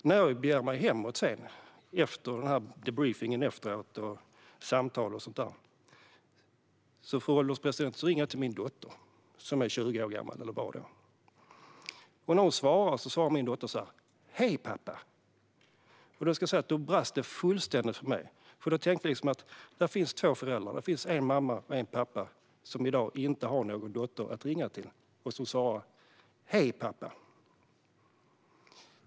När jag sedan begav mig hemåt efter debriefingen, samtal och så vidare, fru ålderspresident, ringde jag till min dotter, som då var 20 år gammal. Min dotter svarade: Hej, pappa! Då brast det fullständigt för mig. Jag tänkte att det finns två föräldrar, en mamma och en pappa, som i dag inte har en dotter att ringa till och som svarar: Hej, pappa!